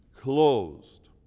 closed